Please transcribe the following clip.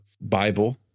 bible